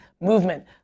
movement